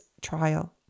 trial